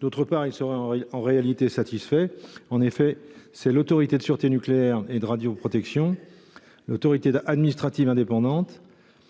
D’autre part, l’amendement semble déjà satisfait. En effet, c’est l’Autorité de sûreté nucléaire et de radioprotection (ASNR) qui, en tant qu’autorité administrative indépendante,